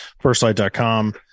Firstlight.com